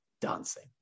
dancing